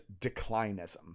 declinism